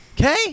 Okay